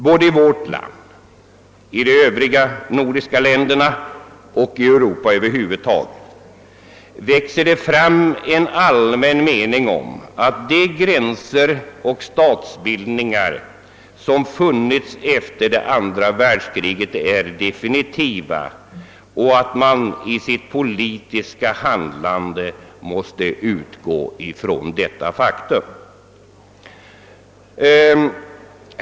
Såväl i vårt land, i de övriga nordiska länderna som i Europa över huvud taget växer den meningen fram att de gränser och statsbildningar som funits efter det andra världskriget är definitiva och att man i det politiska handlandet måste utgå från detta faktum.